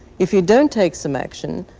if you don't take some action,